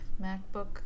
MacBook